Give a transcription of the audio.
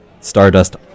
stardust